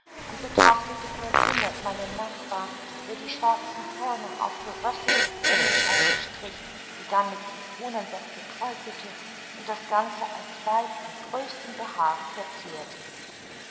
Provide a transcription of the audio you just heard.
und betrachtete verwundert meinen nachbar der die schwarzen körner auf geröstete semmelscheiben strich sie dann mit citronensaft beträufelte und das ganze alsbald mit größtem behagen verzehrte